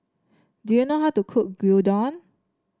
do you know how to cook Gyudon